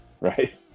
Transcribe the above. right